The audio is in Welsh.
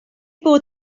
bod